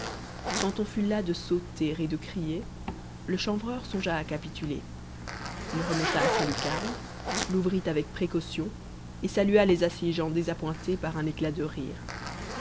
quand on fut las de sauter et de crier le chanvreur songea à capituler il remonta à sa lucarne l'ouvrit avec précaution et salua les assiégeants désappointés par un éclat de rire